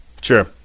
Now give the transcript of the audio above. Sure